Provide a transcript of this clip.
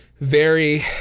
Very-